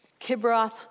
Kibroth